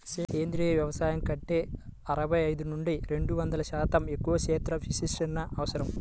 సేంద్రీయ వ్యవసాయం కంటే అరవై ఐదు నుండి రెండు వందల శాతం ఎక్కువ క్షేత్ర విస్తీర్ణం అవసరం